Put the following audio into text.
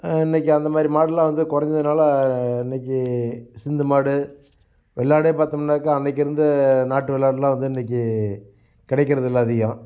இன்னைக்கு அந்த மாதிரி மாடுலாம் வந்து குறஞ்சதுனால இன்றைக்கு சிந்து மாடு வெள்ளாடே பார்த்தோம்னாக்கா அன்னைக்கு இருந்த நாட்டு வெள்ளாடுலாம் வந்து இன்னைக்கு கிடைக்கிறதில்ல அதிகம்